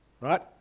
Right